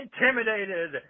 intimidated